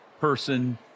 person